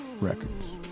Records